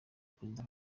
perezida